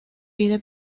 pide